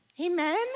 Amen